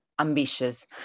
Ambitious